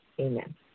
Amen